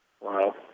Wow